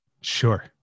Sure